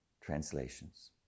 translations